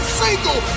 single